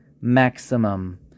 maximum